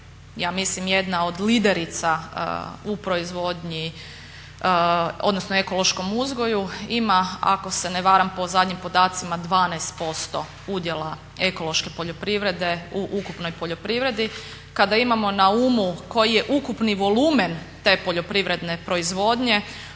ja mislim jedna od liderica u proizvodnji odnosno ekološkom uzgoju ima ako se ne varam po zadnjim podacima 12% udjela ekološke poljoprivrede u ukupnoj poljoprivredi. Kada imamo na umu koji je ukupni volumen te poljoprivredne proizvodnje